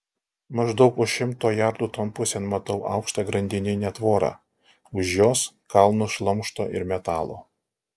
maždaug už šimto jardų ton pusėn matau aukštą grandininę tvorą už jos kalnus šlamšto ir metalo